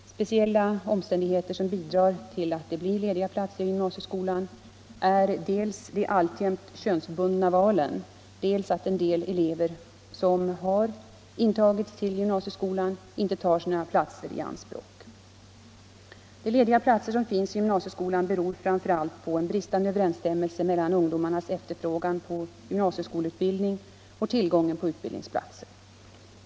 Speciella omständigheter som bidrar till att det blir lediga platser i gymnasieskolan är dels de alltjämt könsbundna valen, dels att en del elever som har intagits till gymnasieskolan inte tar sina platser i anspråk. De lediga platser som finns i gymnasieskolan beror framför allt på en bristande överensstämmelse mellan ungdomarnas efterfrågan på gymnasieskolutbildning och tillgången på utbildningsplatser.